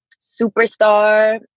Superstar